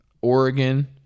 Oregon